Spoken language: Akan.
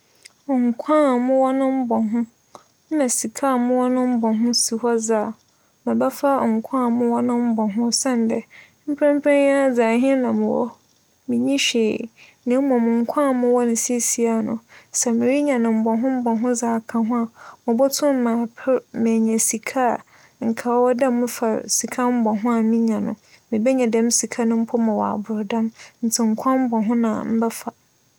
Nkwa a mowͻ no mbͻho nna sika mowͻ no mbͻho si hͻ dze a, mebɛfa nkwa mowͻ no mbͻho osiandɛ, mprɛmprɛ yi ara dze ahen na mowͻ, minnyi hwee. Na mbom nkwa mowͻ no sesei yi, sɛ merenya no mbͻho mbͻho dze aka ho a, mobotum m'aper enya sika anka ͻwͻ dɛ mefa sika mbͻho a minya no, mebenya dɛm sika no ma ͻabor do ntsi nkwa mbͻho na mebɛfa.